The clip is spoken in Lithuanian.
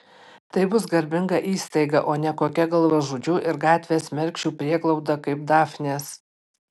tai bus garbinga įstaiga o ne kokia galvažudžių ir gatvės mergšių prieglauda kaip dafnės